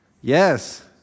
Yes